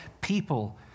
people